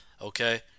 okay